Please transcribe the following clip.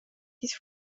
this